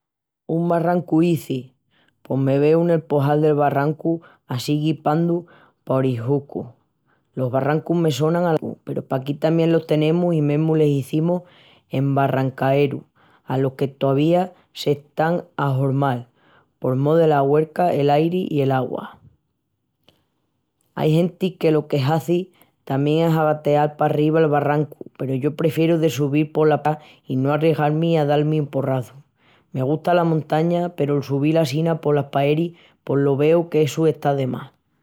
Un barrancu izis? Pos me veu nel pojal del barrancu assín guipandu pal orihoscu. Los barrancus me sonan al Atlánticu peru paquí tamién los tenemus i mesmu les izimus esbarrancaeru alos que tovía s'están a hormal por mó dela huerça l'airi i l'augua. Ai genti que lo que hazi tamién es agateal parriba el barrancu peru yo prefieru de subil pola parti d'atrás i no arriscal-mi a dal-mi un porrazu. Me gusta la montaña peru el subil assina polas paeris pos lo veu que essu está de más.